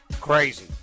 Crazy